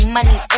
Money